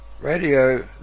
Radio